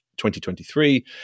2023